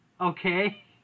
Okay